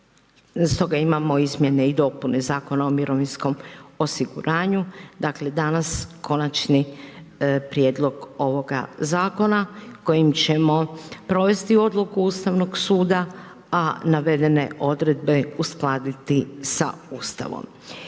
stoga imamo izmjene i dopune Zakona o mirovinskom osiguranju. Dakle, dana konačni prijedloga ovoga zakona, kojim ćemo provesti odluku Ustavnog suda, a navedene odredbe uskladiti s Ustavom.